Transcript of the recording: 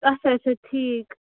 اچھا اچھا ٹھیٖک